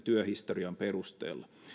työhistorian perusteella